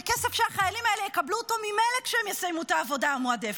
זה כסף שהחיילים האלה יקבלו ממילא כשהם יסיימו את העבודה המועדפת.